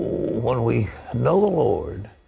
when we know the lord,